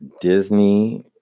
Disney